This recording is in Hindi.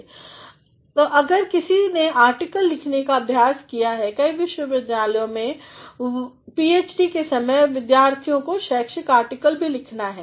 Refer slide 3058 तो अगर किसी ने आर्टिकल लिखने की अभ्यास की है कई विश्वविद्यालोंमें वह कहते हैं कि पीएचडी के समय विद्यार्थियों को शैक्षिक आर्टिक्लभी लिखना है